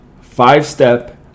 five-step